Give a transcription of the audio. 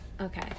Okay